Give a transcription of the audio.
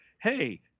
hey